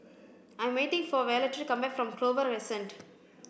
I'm waiting for Violetta to come back from Clover Crescent